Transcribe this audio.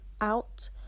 out